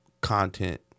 content